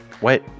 Wait